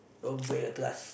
don't break the trust